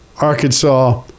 Arkansas